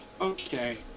okay